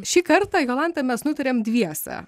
šį kartą jolanta mes nutarėm dviese